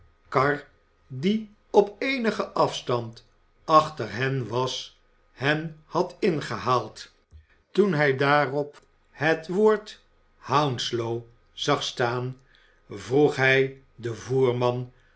die op eenige afstand achter hen was hen had ingehaald toen hij daarop het woord hounslow zag staan vroeg hij den voerman